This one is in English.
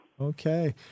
Okay